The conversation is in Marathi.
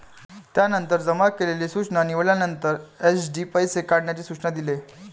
त्यानंतर जमा केलेली सूचना निवडल्यानंतर, एफ.डी पैसे काढण्याचे सूचना दिले